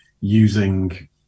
using